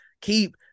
keep